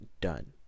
done